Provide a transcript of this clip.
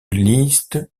liste